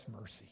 mercy